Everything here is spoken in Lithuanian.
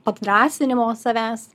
padrąsinimo savęs